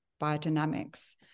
biodynamics